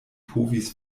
povis